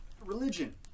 religion